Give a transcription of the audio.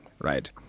right